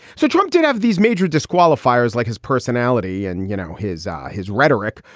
so trump did have these major disqualifiers like his personality and, you know, his his rhetoric.